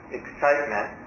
excitement